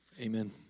Amen